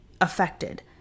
Affected